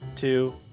two